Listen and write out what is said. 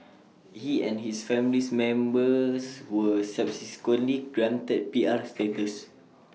he and his family's members were subsequently granted P R status